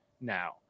now